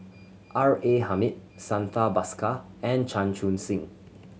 R A Hamid Santha Bhaskar and Chan Chun Sing